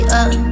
up